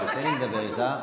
תתרכז פשוט.